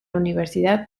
universidad